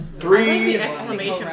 Three